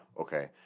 Okay